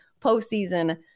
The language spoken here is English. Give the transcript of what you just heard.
postseason